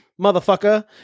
motherfucker